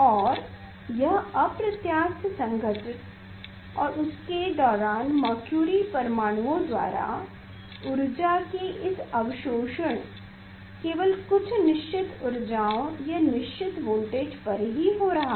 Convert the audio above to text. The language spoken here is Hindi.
और यह अप्रत्यास्थ संघट्ट और उसके दौरान मरक्युरि परमाणुओं द्वारा ऊर्जा के इस अवशोषण केवल कुछ निश्चित ऊर्जाओं या निशचित वोल्टेज पर ही हो रहा है